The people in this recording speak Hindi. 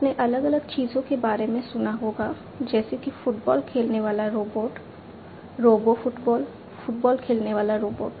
आपने अलग अलग चीजों के बारे में सुना होगा जैसे कि फुटबॉल खेलने वाला रोबोट रोबो फुटबॉल फुटबॉल खेलने वाला रोबोट